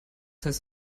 heißt